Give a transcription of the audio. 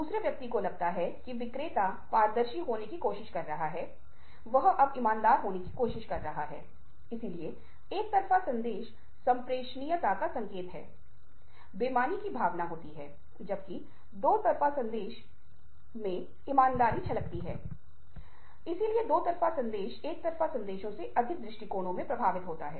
दूसरों की बात सुन्ना जैसा कि आप खुद सुनना चाहते हैं यह बहुत महत्वपूर्ण है क्योंकि तब सहानुभूति जागृत होती है यह समझने का तत्व है कि दूसरे लोग कैसा महसूस करते हैं जो आपके सुनने में स्वतः आता है